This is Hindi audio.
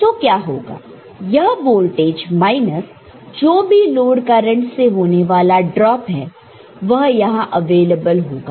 तो क्या होगा यह वोल्टेज माइनस जो भी लोड करंट से होने वाला ड्रॉप है वह यहां अवेलेबल होगा